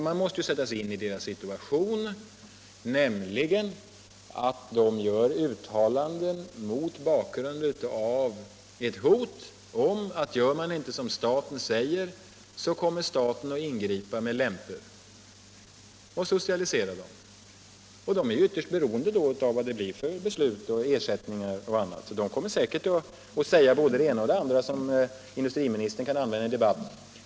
Man måste sätta sig in i deras situation, nämligen att staten, om de inte gör som staten säger, inte kommer att gå fram med lämpor utan socialisera dem. De är ytterst beroende av vilka beslut det blir om ersättningar och annat, och de kommer därför säkerligen att säga både det ena och det andra, som industriministern kan använda i debatten.